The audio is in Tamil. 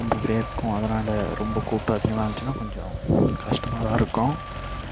ரொம்ப வேர்க்கும் அதனால் ரொம்ப கூட்டம் அதிகமாக இருந்துச்சுனா கொஞ்சம் கஷ்டமாக தான் இருக்கும்